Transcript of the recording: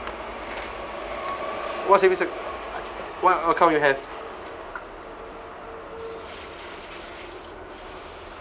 what savings acc~ what account you have